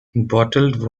bottled